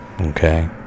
okay